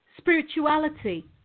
spirituality